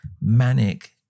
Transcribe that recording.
manic